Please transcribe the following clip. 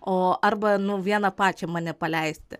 o arba nu vieną pačią mane paleisti